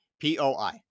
P-O-I